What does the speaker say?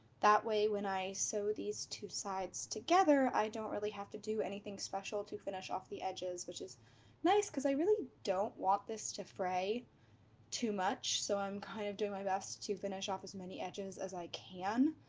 that way when i sew these two sides together, i don't really have to do anything special to finish off the edges, which is nice because i really don't want this to fray too much, so i'm kind of doing my best to finish off as many edges as i can.